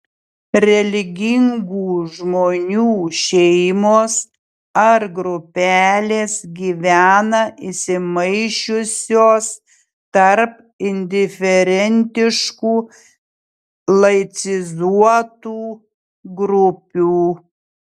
religingų žmonių šeimos ar grupelės gyvena įsimaišiusios tarp indiferentiškų laicizuotų grupių